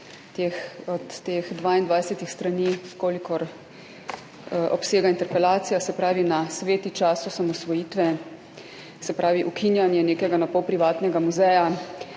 od teh 22 strani, kolikor obsega interpelacija, se pravi na sveti čas osamosvojitve, se pravi ukinjanje nekega na pol privatnega muzeja,